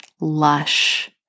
lush